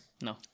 No